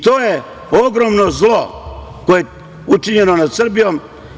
To je ogromno zlo koje je učinjeno nad Srbijom.